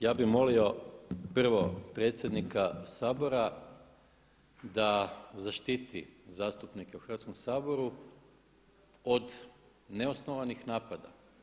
Ja bih molio prvo predsjednika Sabora da zaštiti zastupnike u Hrvatskom saboru od neosnovanih napada.